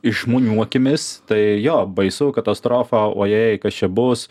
iš žmonių akimis tai jo baisu katastrofa o jei kas čia bus